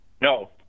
no